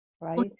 Right